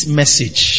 message